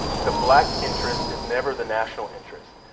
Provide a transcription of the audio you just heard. the black interest is never the national interest,